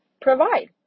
provide